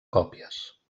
còpies